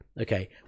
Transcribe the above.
Okay